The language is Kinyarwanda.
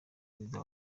perezida